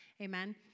Amen